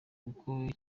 kuko